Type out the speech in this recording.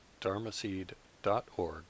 dharmaseed.org